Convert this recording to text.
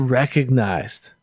recognized